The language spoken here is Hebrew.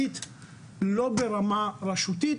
דיפרנציאלית לא ברמה שהיא לפי רשות,